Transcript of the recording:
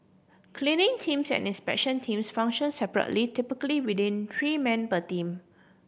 cleaning teams and inspection teams function separately typically with in three men per team